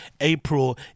April